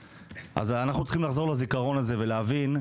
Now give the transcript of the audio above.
אז אנחנו צריכים לחזור לזיכרון הזה ולהבין,